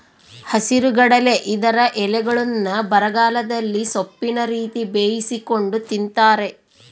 ಹಸಿರುಗಡಲೆ ಇದರ ಎಲೆಗಳ್ನ್ನು ಬರಗಾಲದಲ್ಲಿ ಸೊಪ್ಪಿನ ರೀತಿ ಬೇಯಿಸಿಕೊಂಡು ತಿಂತಾರೆ